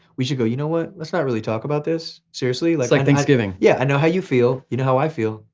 we should go you know what let's not really talk about this, seriously. like thanksgiving? yeah, i know how you feel, you know how i feel,